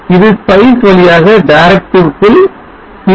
இது spice வழியாக directive க்குள் series